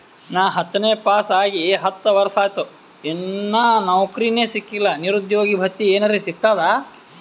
ನಾ ಹತ್ತನೇ ಪಾಸ್ ಆಗಿ ಹತ್ತ ವರ್ಸಾತು, ಇನ್ನಾ ನೌಕ್ರಿನೆ ಸಿಕಿಲ್ಲ, ನಿರುದ್ಯೋಗ ಭತ್ತಿ ಎನೆರೆ ಸಿಗ್ತದಾ?